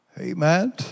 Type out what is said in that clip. Amen